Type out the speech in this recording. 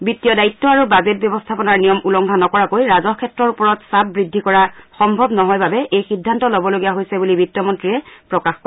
বিছীয় দয়িত্ব আৰু বাজেট ব্যবস্থাপনাৰ নিয়ম উলংঘা নকৰাকৈ ৰাজহ ক্ষেত্ৰৰ ওপৰত চীপ বৃদ্ধি কৰা সম্ভৱ নহয় বাবে এই সিদ্ধান্ত ল'বলগীয়া হৈছে বুলি বিভমন্ত্ৰীয়ে প্ৰকাশ কৰে